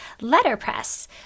letterpress